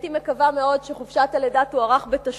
אני מקווה מאוד שתוארך חופשת הלידה בתשלום,